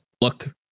look